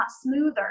smoother